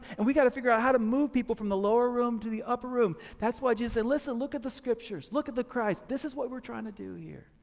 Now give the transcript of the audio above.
and we got to figure out how to move people from the lower room to the upper room. that's why jesus said, and listen, look at the scriptures, look at the christ, this is what we're trying to do here.